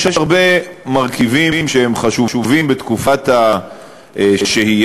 יש הרבה מרכיבים שהם חשובים בתקופת השהייה.